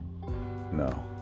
No